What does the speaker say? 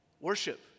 Worship